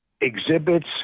exhibits